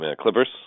Clippers